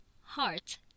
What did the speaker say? Heart